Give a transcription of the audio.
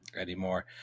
anymore